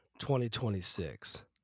2026